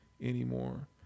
anymore